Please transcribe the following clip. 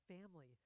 family